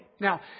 Now